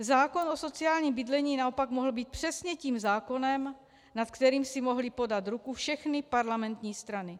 Zákon o sociálním bydlení naopak mohl být přesně tím zákonem, nad kterým si mohly podat ruku všechny parlamentní strany.